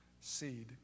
seed